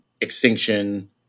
extinction